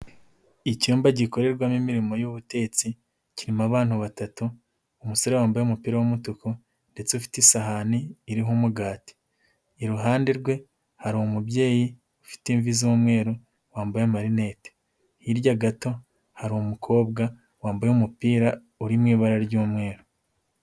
Icyumba gikorerwamo imirimo y'ubutetsi, kirimo abantu batatu, umusore wambaye umupira w'umutuku ndetse ufite isahani iriho umugati, iruhande rwe hari umubyeyi ufite imvi z'umweru wambaye amarinete, hirya gato hari umukobwa wambaye umupira uri mu ibara ry'umweru.